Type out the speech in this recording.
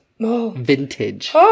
Vintage